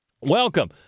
welcome